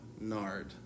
nard